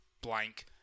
blank